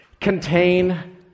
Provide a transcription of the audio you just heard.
contain